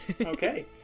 Okay